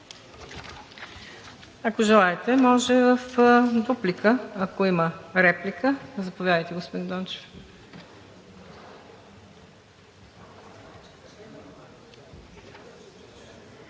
Ако желаете, може в дуплика – ако има реплика. Заповядайте, господин Дончев.